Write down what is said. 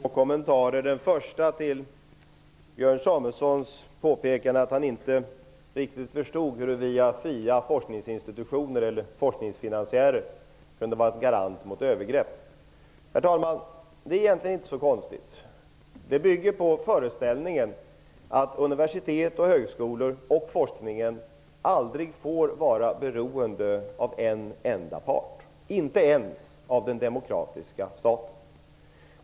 Herr talman! Två kommentarer, den första med anledning av Björn Samuelsons påpekande att han inte riktigt förstod hur fria forskningsinstitutioner eller forskningsfinansiärer kan vara en garant mot övergrepp. Herr talman! Det är egentligen inte så konstigt. Det bygger på föreställningen att universitet och högskolor liksom forskningen aldrig får vara beroende av en enda part, inte ens av den demokratiska staten.